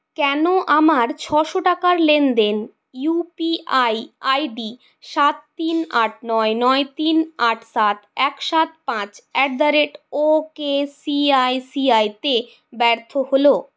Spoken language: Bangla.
কেন আমার ছশো টাকার লেনদেন ইউ পি আই আইডি সাত তিন আট নয় নয় তিন আট সাত এক সাত পাঁচ at the rate O K C I C আইতে ব্যর্থ হল